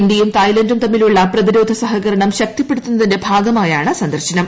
ഇന്ത്യയും തായ്ലന്റും തമ്മിലുള്ള പ്രതിരോധ സഹകരണം ശക്തിപ്പെടുത്തുന്നതിന്റെ ഭാഗമായാണ് സന്ദർശനം